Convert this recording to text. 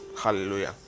hallelujah